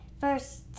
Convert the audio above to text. first